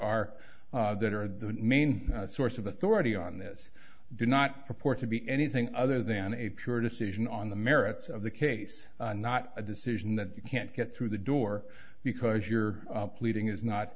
are that are the main source of authority on this do not purport to be anything other than a pure decision on the merits of the case not a decision that you can't get through the door because you're pleading is no